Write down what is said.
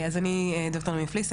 אז אני דוקטור נעמי פליס,